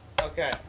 Okay